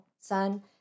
son